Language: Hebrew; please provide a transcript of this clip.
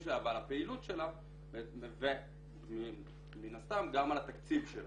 שלה ועל הפעילות שלה ומן הסתם גם על התקציב שלה.